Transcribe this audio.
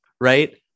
Right